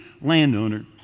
landowner